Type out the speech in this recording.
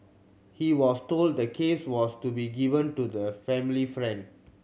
he was told the case was to be given to the family friend